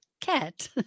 cat